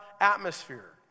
atmosphere